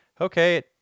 okay